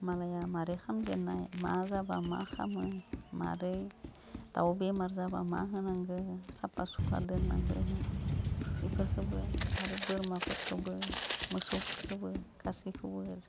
मालाया मारै खामजेननाय मा जाबा मा खामो मारै दाव बेमार जाबा मा होनांगो साफा सुफा दोननांगो इफोरखोबो आरो बोरमाफोरखौबो मोसौफोरखौबो गासैखौबो